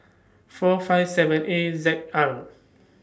four five seven A Z R